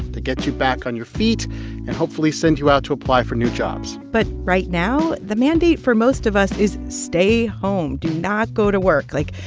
to get you back on your feet and hopefully send you out to apply for new jobs but right now, the mandate for most of us is stay home. do not go to work. like,